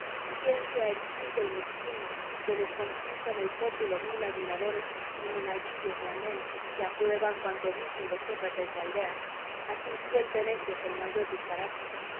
ciencia exígua y mezquina que les conquista en el pópulo vil admiradores y monaguillos de amén que aprueban cuanto dicen los sócrates de aldea así suelten éstos el mayor disparate